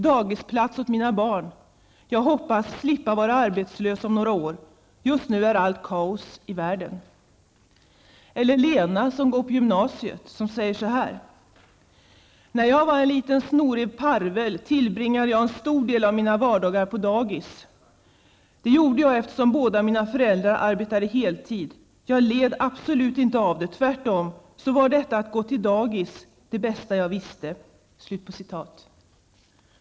Dagisplats åt mina barn. -- Jag hoppas att alla ska slippa vara arbetslösa om några år. Just nu är allt kaos i världen.'' Lena, som går på gymnasiet, säger så här: ''När jag var en liten snorig parvel tillbringade jag en stor del av mina vardagar på dagis. Det gjorde jag eftersom båda mina föräldrar arbetade heltid. Jag led absolut inte av det. Tvärtom så var det att gå till dagis det bästa jag visste.''